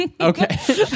Okay